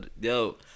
yo